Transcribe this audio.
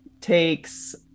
takes